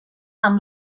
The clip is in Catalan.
amb